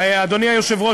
אדוני היושב-ראש,